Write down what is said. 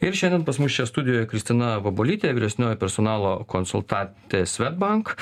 ir šiandien pas mus čia studijoj kristina vabolytė vyresnioji personalo konsultantė swedbank